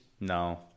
No